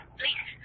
please